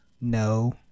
no